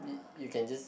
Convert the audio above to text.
you can just